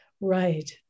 Right